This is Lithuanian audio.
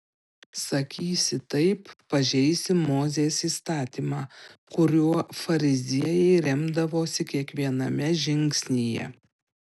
sakysi taip pažeisi mozės įstatymą kuriuo fariziejai remdavosi kiekviename žingsnyje